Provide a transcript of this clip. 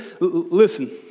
Listen